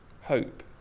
hope